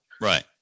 right